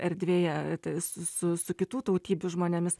erdvėje s su su kitų tautybių žmonėmis